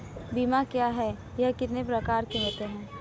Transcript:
बीमा क्या है यह कितने प्रकार के होते हैं?